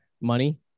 money